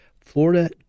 Florida